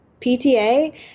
PTA